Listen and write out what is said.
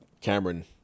Cameron